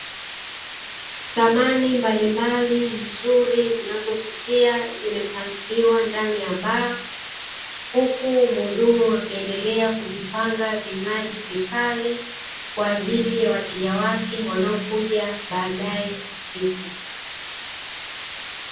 Samani mbalimbali nzuri zinazovutia, zimepangiliwa ndani ya baa, huku mhudumu akiendelea kuvipanga vinywaji vikali kwa ajili ya wateja wake wanaokuja baadaye usiku.